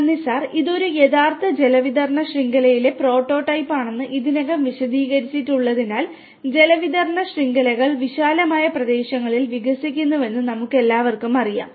നന്ദി സർ ഇത് ഒരു യഥാർത്ഥ ജലവിതരണ ശൃംഖലയുടെ പ്രോട്ടോടൈപ്പാണെന്ന് ഇതിനകം വിശദീകരിച്ചിട്ടുള്ളതിനാൽ ജലവിതരണ ശൃംഖലകൾ വിശാലമായ പ്രദേശങ്ങളിൽ വികസിക്കുന്നുവെന്ന് നമുക്കെല്ലാവർക്കും അറിയാം